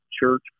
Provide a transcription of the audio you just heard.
Church